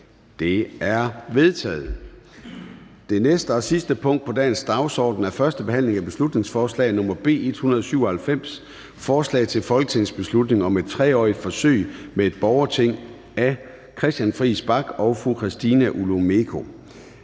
Det er vedtaget. --- Det sidste punkt på dagsordenen er: 27) 1. behandling af beslutningsforslag nr. B 197: Forslag til folketingsbeslutning om et 3-årigt forsøg med et borgerting. Af Christian Friis Bach (RV) og Christina Olumeko